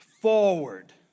forward